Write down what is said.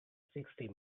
sixty